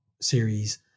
series